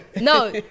no